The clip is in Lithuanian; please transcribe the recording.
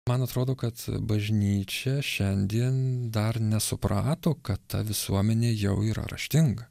man atrodo kad bažnyčia šiandien dar nesuprato kad ta visuomenė jau yra raštinga